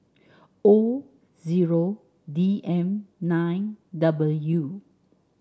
O zero D M nine W